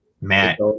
Matt